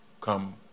come